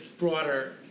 broader